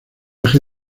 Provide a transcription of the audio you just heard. eje